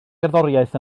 gerddoriaeth